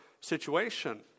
situation